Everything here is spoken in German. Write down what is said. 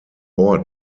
ort